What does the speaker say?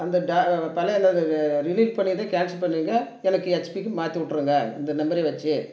அந்த டா பழைய உள்ளது அது பண்ணதை கேன்சல் பண்ணிடுங்க எனக்கு ஹெச்பிக்கு மாற்றி விட்ருங்க இந்த நம்பரு வச்சு